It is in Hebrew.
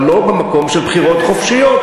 אבל לא במקום של בחירות חופשיות.